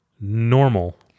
normal